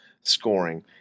scoring